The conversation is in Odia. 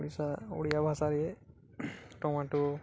ଓଡ଼ିଶା ଓଡ଼ିଆ ଭାଷାରେ ଟମାଟୋ